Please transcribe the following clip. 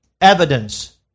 evidence